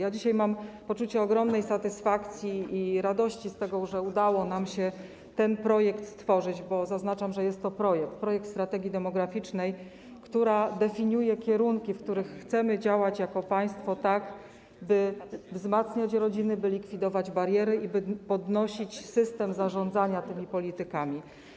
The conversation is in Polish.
Mam dzisiaj poczucie ogromnej satysfakcji i radości z tego, że udało nam się ten projekt stworzyć, bo zaznaczam, że jest to projekt - projekt strategii demograficznej, która definiuje kierunki, w których chcemy działać jako państwo, tak by wzmacniać rodziny, by likwidować bariery i by podnosić system zarządzania tymi politykami.